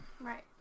Right